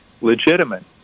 legitimate